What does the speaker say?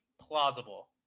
plausible